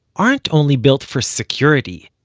aren't only built for security.